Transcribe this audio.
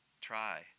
Try